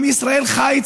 עם ישראל חי,